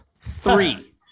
Three